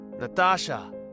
Natasha